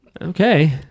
Okay